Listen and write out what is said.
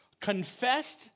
confessed